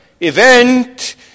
event